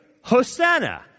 Hosanna